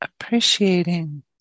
appreciating